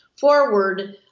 forward